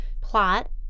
Plot